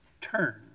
turn